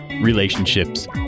Relationships